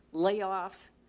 layoffs,